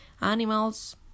animals